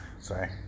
Sorry